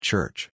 Church